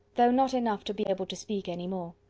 though not enough to be able to speak any more.